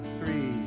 three